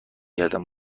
گردم